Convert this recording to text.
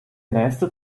nächste